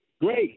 great